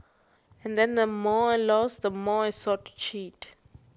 and then the more I lost the more I sought to cheat